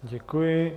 Děkuji.